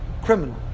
criminal